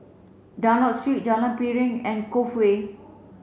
Dunlop Street Jalan Piring and Cove Way